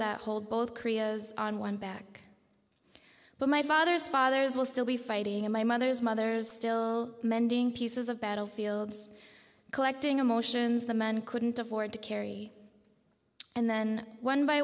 hold both koreas on one back but my father's father's will still be fighting in my mother's mother's still mending pieces of battlefields collecting emotions the men couldn't afford to carry and then one by